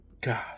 God